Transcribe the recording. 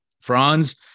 Franz